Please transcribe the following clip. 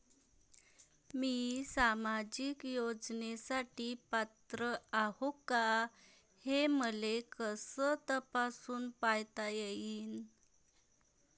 मी सामाजिक योजनेसाठी पात्र आहो का, हे मले कस तपासून पायता येईन?